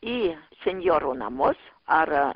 į senjorų namus ar